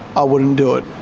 i wouldn't do it.